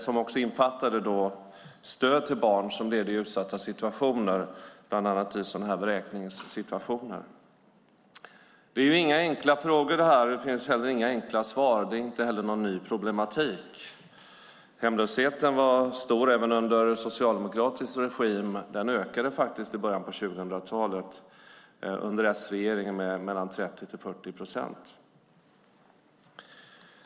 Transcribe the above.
Det innefattade stöd till barn som levde i utsatta situationer, bland annat i just vräkningssituationer. Det här är inga enkla frågor, och det finns inga enkla svar. Inte heller är det någon ny problematik. Hemlösheten var stor även under socialdemokratisk regim. Den ökade faktiskt i början av 2000-talet, under S-regeringen, med mellan 30 och 40 procent.